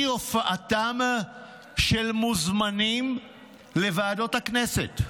לאי-הופעתם של מוזמנים לוועדות הכנסת.